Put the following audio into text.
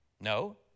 No